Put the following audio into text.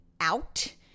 out